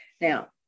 Now